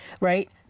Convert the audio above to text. right